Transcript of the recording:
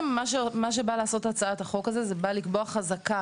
מה שבאה לעשות הצעת החוק הזאת זה לקבוע חזקה,